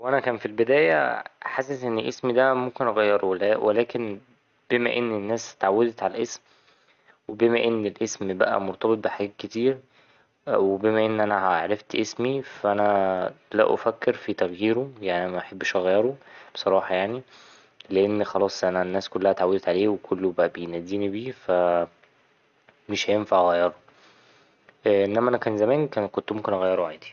هو أنا كان في البداية حاسس ان اسمي ده ممكن أغيره ولكن بما إن الناس اتعودت على الاسم وبما إن الاسم بقى مرتبط بحاجات كتير وبما إن أنا عرفت اسمي فا انا لا أفكر في تغييره يعني محبش أغيره بصراحة يعني لأن خلاص أنا الناس كلها اتعودت عليه وكله بقى بيناديني بيه فا مش هينفع أغيره إنما أنا كان زمان ك ـ كنت ممكن أغيره عادي.